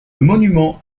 monument